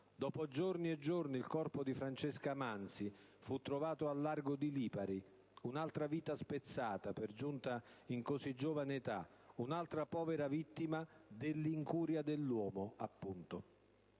Dopo giorni e giorni, il corpo di Francesca Mansi fu trovato al largo di Lipari: un'altra vita spezzata, per giunta in così giovane età, un'altra povera vittima dell'«incuria dell'uomo», appunto.